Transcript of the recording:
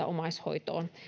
omaishoitoon